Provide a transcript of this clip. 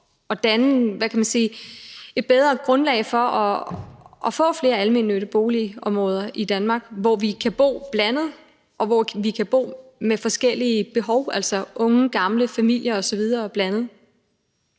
sige – et bedre grundlag for at få flere almennyttige boligområder i Danmark, hvor man kan bo blandet, og hvor mennesker med forskellige behov, unge, gamle, familier osv.,